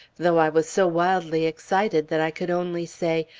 though i was so wildly excited that i could only say,